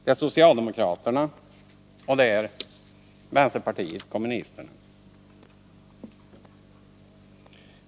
Det är socialdemokraterna och vänsterpartiet kommunisterna.